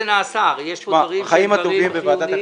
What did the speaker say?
הרי יש פה דברים שהם חיוניים.